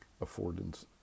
affordance